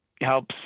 helps